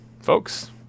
folks